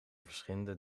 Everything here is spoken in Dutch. verschillende